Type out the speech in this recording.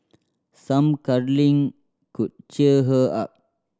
some cuddling could cheer her up